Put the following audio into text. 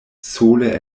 sole